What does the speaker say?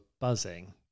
buzzing